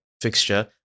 fixture